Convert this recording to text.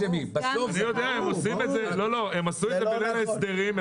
הם עשו את זה בליל ההסדרים.